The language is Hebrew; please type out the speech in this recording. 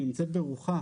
היא נמצאת ברוחה.